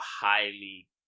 highly